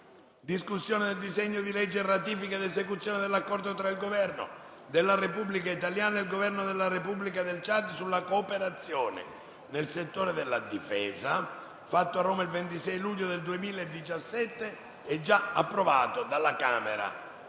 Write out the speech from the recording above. una nuova finestra") ***Ratifica ed esecuzione dell'Accordo tra il Governo della Repubblica italiana e il Governo della Repubblica del Ciad sulla cooperazione nel settore della difesa, fatto a Roma il 26 luglio 2017*** *(Approvato dalla Camera